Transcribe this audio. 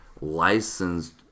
licensed